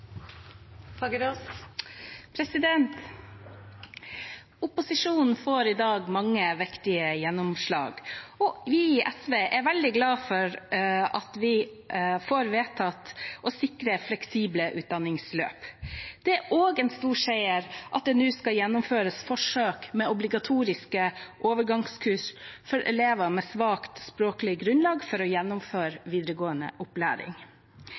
veldig glad for at vi får vedtatt å sikre fleksible utdanningsløp. Det er også en stor seier at det nå skal gjennomføres forsøk med obligatoriske overgangskurs for elever med svakt språklig grunnlag for å gjennomføre videregående opplæring.